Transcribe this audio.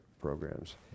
programs